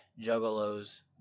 Juggalos